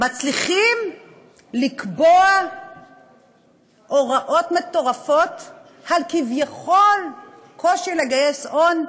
מצליחים לקבוע הוראות מטורפות על כביכול קושי לגייס הון,